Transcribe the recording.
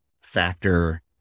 factor